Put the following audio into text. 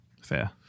fair